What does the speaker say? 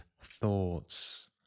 thoughts